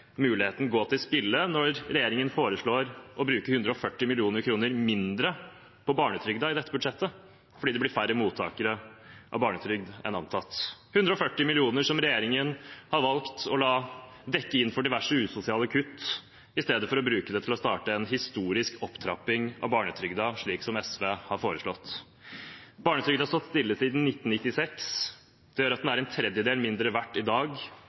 muligheten gå til spille når regjeringen foreslår å bruke 140 mill. kr mindre på barnetrygden i dette budsjettet, fordi det blir færre mottakere av barnetrygd enn antatt. Det er 140 mill. kr som regjeringen har valgt å la dekke inn for diverse usosiale kutt, i stedet for å bruke dem til å starte en historisk opptrapping av barnetrygden, slik SV har foreslått. Barnetrygden har stått stille siden 1996. Det gjør at den er en tredjedel mindre verdt i dag.